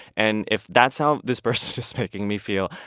and if that's how this person is just making me feel,